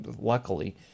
luckily